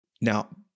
Now